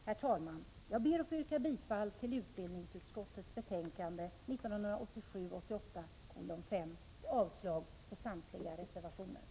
Herr talman! Jag ber att få yrka bifall till hemställan i utbildningsutskottets betänkande 1987/88:5 och avslag på samtliga reservationer.